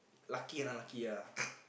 lucky and unlucky lah